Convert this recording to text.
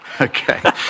Okay